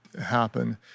happen